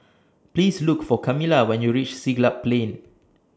Please Look For Camilla when YOU REACH Siglap Plain